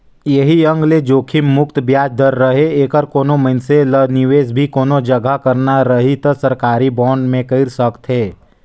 ऐही एंग ले जोखिम मुक्त बियाज दर रहें ऐखर कोनो मइनसे ल निवेस भी कोनो जघा करना रही त सरकारी बांड मे कइर सकथे